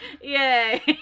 Yay